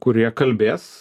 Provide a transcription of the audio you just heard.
kurie kalbės